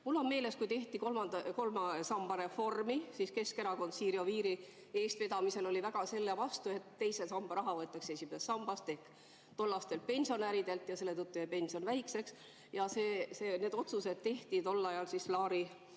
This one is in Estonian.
Mul on meeles, kui tehti kolmanda samba reformi, siis Keskerakond Siiri Oviiri eestvedamisel oli väga selle vastu, et teise samba raha võetakse esimesest sambast ehk tollastel pensionäridelt, ja selle tõttu jääks pension väikseks. Need otsused tehti tol ajal, Laari kolmikliidu